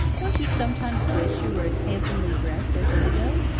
don't you sometimes wish you were as handsomely dressed as indigo?